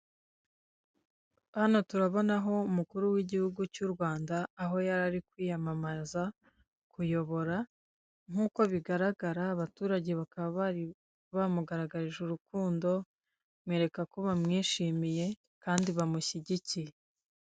Hano turabonaho umukuru w'igihugu cy'u Rwanda, aho yari ari kwiyamamaza kuyobora, nk'uko bigaragara, abaturage bakaba bari bamugaragarije urukundo mwereka ko bamwishimiye kandi bamushyigikiye.